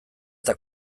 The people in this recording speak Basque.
eta